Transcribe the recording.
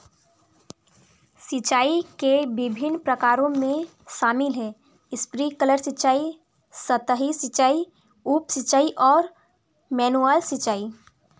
सिंचाई के विभिन्न प्रकारों में शामिल है स्प्रिंकलर सिंचाई, सतही सिंचाई, उप सिंचाई और मैनुअल सिंचाई